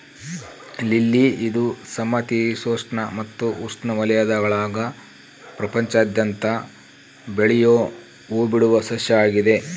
lily ಇದು ಸಮಶೀತೋಷ್ಣ ಮತ್ತು ಉಷ್ಣವಲಯಗುಳಾಗ ಪ್ರಪಂಚಾದ್ಯಂತ ಬೆಳಿಯೋ ಹೂಬಿಡುವ ಸಸ್ಯ ಆಗಿದೆ